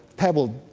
pebble,